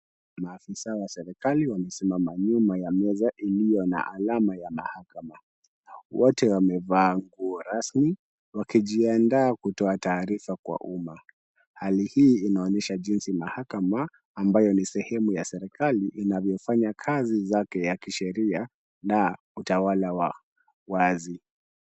Maafisa wa serikali wamesimama nyuma ya meza iliyo na alama ya mahakama. Wote wamevaa nguo rasmi wakijiandaa kutoa taarifa kwa umma. Hali hii inaonyesha jinsi mahakama ambayo ni sehemu ya serikali inavyofanya kazi zake ya kisheria na utawala wa wazi.